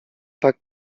tak